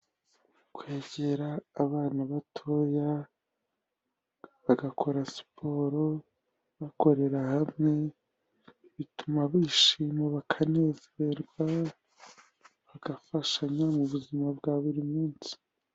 Kwakira abana batoya, bagakora siporo, bakorera hamwe, bituma bishima, bakanezerwa, bagafashanya mu buzima bwa buri munsi.